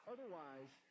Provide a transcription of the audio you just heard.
Otherwise